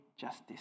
justice